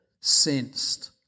sensed